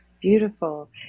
Beautiful